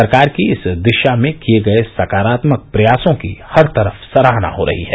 सरकार की इस दिशा में किये गये सकारात्मक प्रयासों की हर तरफ सराहना हो रही है